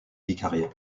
vicariat